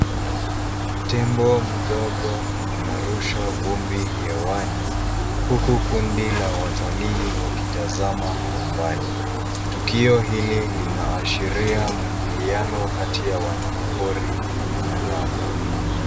Tembo mdogo anarusha vumbi hewani huku kundi la watalii wakitazama kwa mbali. Tukio hili linaashiria mwingiliano kati ya wanyama pori na binadamu.